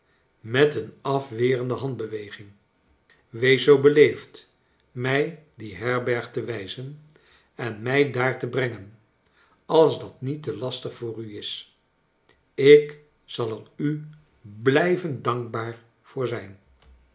met een afwerende handbeweging wees zoo beleefd mij die herberg te wijzen en mij daar te brengen als dat niet te lastig voor u is ik zal er u blijvend dankbaar voor zijn